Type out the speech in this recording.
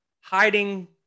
hiding